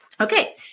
Okay